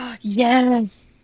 Yes